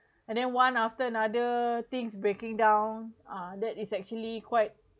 and then one after another things breaking down uh that is actually quite